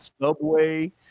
Subway